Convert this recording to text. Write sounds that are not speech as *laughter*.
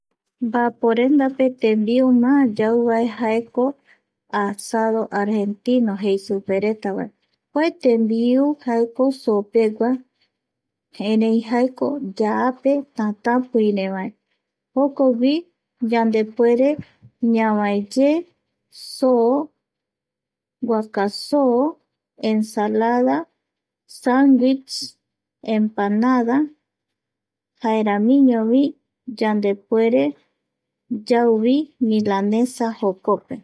Mbaaporendape *noise* tembiu má yauva jaeko asado argentino *noise* jei supereta vae *noise* kua tembiu jaeko sopegua, *noise* erei jaeko yaape tätäpïivae *noise* jokogui yandepuere ñavaeye soo, guaka soo, *noise* ensalada sandwiis, *noise* empanada jaeramiñovi *noise* yandepuere yauvi milanesa jokope